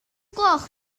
gloch